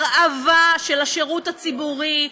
הרעבה של השירות הציבורי,